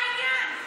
מה העניין?